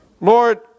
Lord